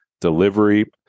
delivery